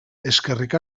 eskerrik